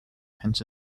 hence